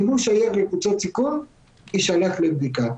אם הוא שייך לקבוצת סיכון, יישלח לבדיקה.